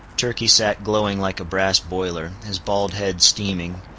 turkey sat glowing like a brass boiler, his bald head steaming,